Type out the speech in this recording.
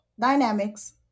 dynamics